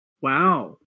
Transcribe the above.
Wow